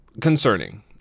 concerning